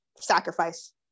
sacrifice